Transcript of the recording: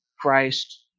Christ